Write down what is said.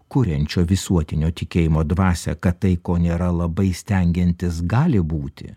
kuriančio visuotinio tikėjimo dvasią kad tai ko nėra labai stengiantis gali būti